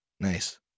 Nice